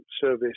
service